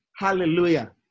Hallelujah